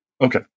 Okay